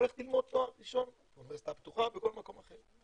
היא הולכת ללמוד תואר ראשון באוניברסיטה הפתוחה ובכל מקום אחר.